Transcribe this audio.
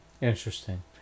Interesting